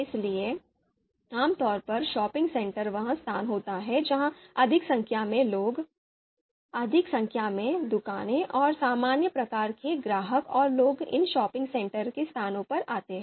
इसलिए आमतौर पर शॉपिंग सेंटर वह स्थान होता है जहां अधिक संख्या में लोग अधिक संख्या में दुकानें और सामान्य प्रकार के ग्राहक और लोग इन शॉपिंग सेंटर स्थानों पर आते हैं